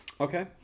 Okay